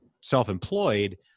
self-employed